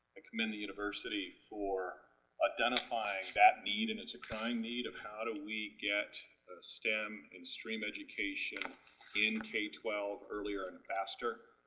i commend the university for identifying that need and it's a kind need of how do we get stem and stream education in k twelve earlier and faster.